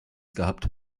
gehabt